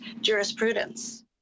jurisprudence